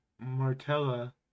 Martella